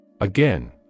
Again